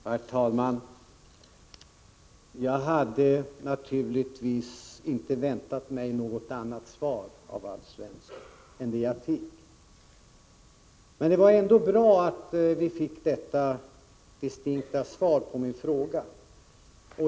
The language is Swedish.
Herr talman! Jag hade naturligtvis inte väntat mig något annat svar av Alf Svensson än det jag fick, och det var bra att få detta distinkta svar på min fråga.